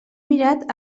mirat